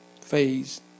phase